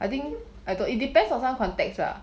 yep